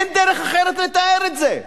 אין דרך אחרת לתאר את זה.